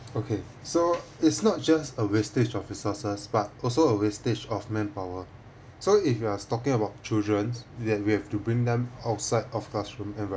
okay so it's not just a wastage of resources but also a wastage of manpower so if you are talking about children that we have to bring them outside of classroom